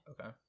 Okay